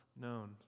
known